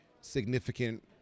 significant